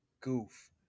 goof